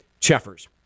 Cheffers